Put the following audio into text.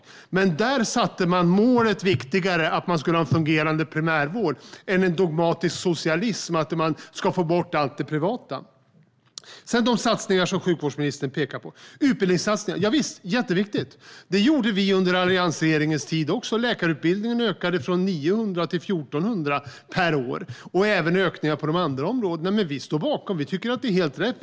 Men där ansåg man målet, en fungerande primärvård, vara viktigare än en dogmatisk socialism som innebär att allt det privata ska bort. När det gäller de satsningar som sjukvårdsministern pekar på är utbildningssatsningen förstås jätteviktig. En sådan satsning gjorde vi under alliansregeringens tid också. Läkarutbildningen ökade från 900 till 1 400 per år, och det var även ökningar på de andra områdena. Vi står bakom det. Vi tycker att det är helt rätt.